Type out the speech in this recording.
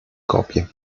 copie